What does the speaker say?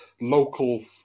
local